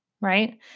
right